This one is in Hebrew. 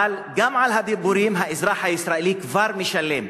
אבל גם על הדיבורים האזרח הישראלי כבר משלם.